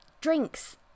drinks